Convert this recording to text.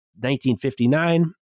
1959